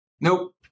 Nope